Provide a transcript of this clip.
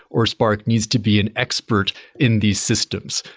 or spark needs to be an expert in these systems.